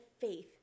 faith